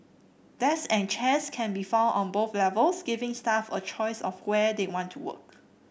desk and chairs can be found on both levels giving staff a choice of where they want to work